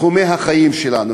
תחומי החיים שלנו.